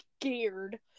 scared